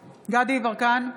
יברקן,